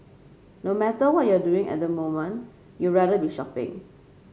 no matter what you're doing at the moment you'd rather be shopping